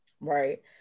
Right